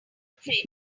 afraid